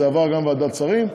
זה עבר גם ועדת שרים.